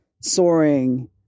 soaring